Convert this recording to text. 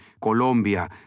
Colombia